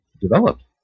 developed